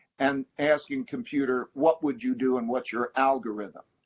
and asking, computer, what would you do, and what's your algorithm?